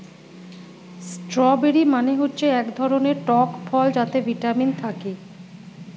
strawberry মানে হচ্ছে এক ধরনের টক ফল যাতে ভিটামিন থাকে